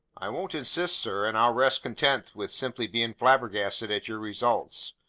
i won't insist, sir, and i'll rest content with simply being flabbergasted at your results.